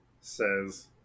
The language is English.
says